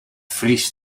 vriest